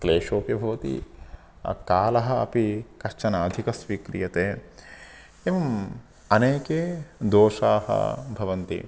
क्लेशोपि भवति कालः अपि कश्चन अधिकः स्वीक्रियते एवम् अनेके दोषाः भवन्ति